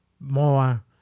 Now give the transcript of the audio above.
more